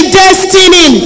destiny